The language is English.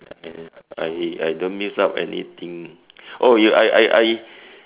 I I don't miss out anything oh you I I I